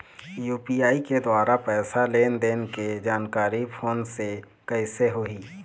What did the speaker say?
UPI के द्वारा पैसा के लेन देन के जानकारी फोन से कइसे होही?